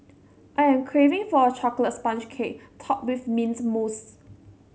I am craving for a chocolate sponge cake topped with mint mousse